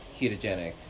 ketogenic